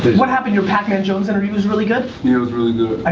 what happened your pacman jones interview was really good? yeah it was really good.